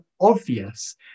obvious